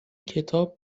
کتاب